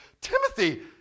Timothy